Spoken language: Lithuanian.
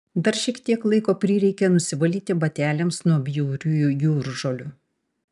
dar šiek tiek laiko prireikė nusivalyti bateliams nuo bjauriųjų jūržolių